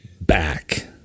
back